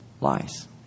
lies